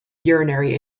urinary